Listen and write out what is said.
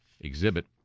exhibit